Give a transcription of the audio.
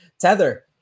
Tether